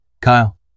Kyle